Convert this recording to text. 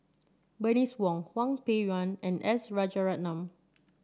Bernice Wong Hwang Peng Yuan and S Rajaratnam